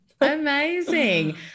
Amazing